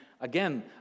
again